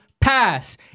Pass